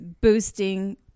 boosting